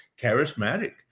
charismatic